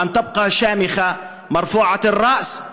ושתישאר גאה ותזקוף ראשה.